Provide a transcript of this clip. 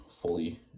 fully